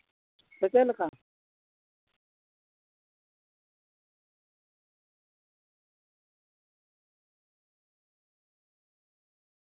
ᱥᱮ ᱪᱮᱫᱞᱮᱠᱟ